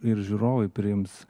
ir žiūrovai priims